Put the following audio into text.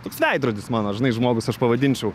toks veidrodis mano žinai žmogus aš pavadinčiau